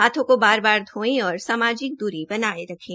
हाथों को बार बार धोएं तथा सामाजिक दूरी बनाकर रखें